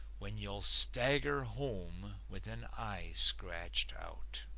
when you'll stagger home with an eye scratched out.